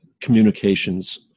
communications